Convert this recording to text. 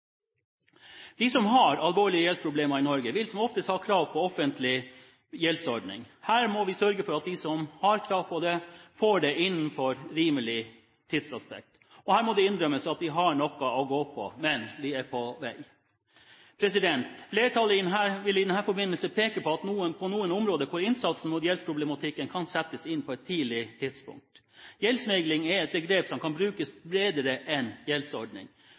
De som har alvorlige gjeldsproblemer i Norge, vil som oftest ha krav på offentlig gjeldsordning. Her må vi sørge for at de som har krav på det, får det innenfor et rimelig tidsaspekt. Her må det innrømmes at vi har noe å gå på, men vi er på vei. Flertallet vil i den forbindelse peke på noen områder hvor innsatsen mot gjeldsproblematikken kan settes inn på et tidlig tidspunkt. Gjeldsmegling er et begrep som kan brukes bredere enn gjeldsordning.